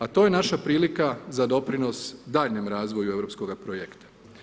A to je naša prilika za doprinos daljnjem razvoju europskoga projekta.